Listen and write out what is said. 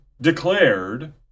declared